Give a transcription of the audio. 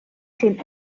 schon